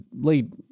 lead